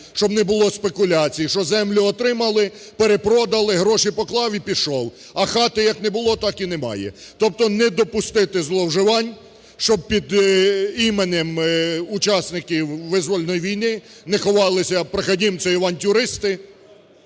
щоб не було спекуляцій, що землю отримали, перепродали, гроші поклав і пішов, а хати як не було, так і немає. Тобто не допустити зловживань, щоб під іменем учасників визвольної війни не ховалися проходимцы і авантюристи,